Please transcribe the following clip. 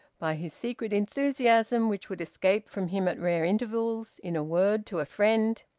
by his secret enthusiasm, which would escape from him at rare intervals in a word to a friend,